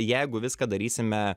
jeigu viską darysime